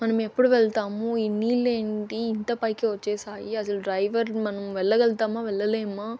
మనం ఎప్పుడు వెళ్తాము ఈ నీళ్ళేంటి ఇంత పైకి వచ్చేసాయి అసలు డ్రైవర్ మనం వెళ్ళగలుగుతామా వెళ్ళలేమా